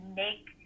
make